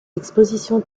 expositions